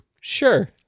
Sure